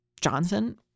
Johnson